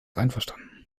einverstanden